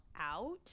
out